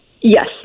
Yes